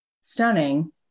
stunning